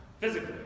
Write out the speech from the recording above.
Physically